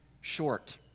short